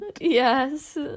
Yes